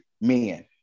men